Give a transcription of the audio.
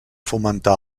fomentar